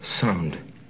sound